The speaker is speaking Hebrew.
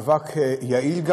וגם יעיל,